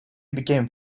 became